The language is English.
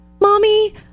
Mommy